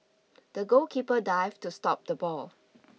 the goalkeeper dived to stop the ball